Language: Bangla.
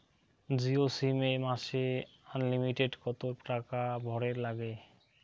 জিও সিম এ মাসে আনলিমিটেড কত টাকা ভরের নাগে?